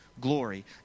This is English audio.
glory